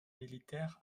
militaire